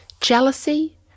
Jealousy